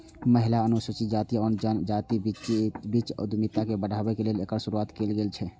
महिला, अनुसूचित जाति आ जनजातिक बीच उद्यमिता के बढ़ाबै लेल एकर शुरुआत कैल गेल छै